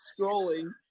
scrolling